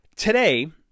Today